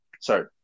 sorry